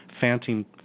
phantom